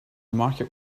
market